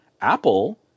Apple